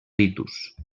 ritus